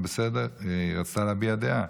היא רצתה להביע דעה.